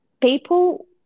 people